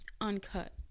uncut